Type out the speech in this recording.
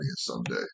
someday